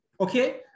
okay